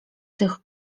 tych